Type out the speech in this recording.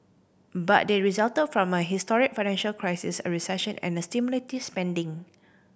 but they resulted from a historic financial crisis a recession and stimulative spending